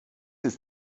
ist